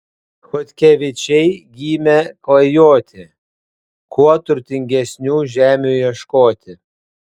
chodkevičiai gimę klajoti kuo turtingesnių žemių ieškoti